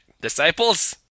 disciples